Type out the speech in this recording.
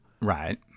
Right